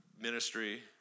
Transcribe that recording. ministry